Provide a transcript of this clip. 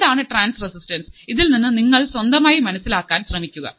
എന്താണ് trans resistance ഇതിൽ നിന്നും നിങ്ങൾ സ്വന്തമായി മനസ്സിലാക്കാൻ ശ്രമിക്കുക